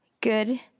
good